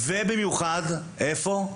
ובמיוחד, איפה?